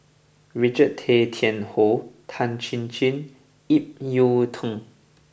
Richard Tay Tian Hoe Tan Chin Chin Ip Yiu Tung